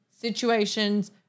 situations